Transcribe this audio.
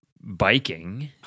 biking